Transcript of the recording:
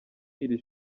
iri